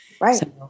Right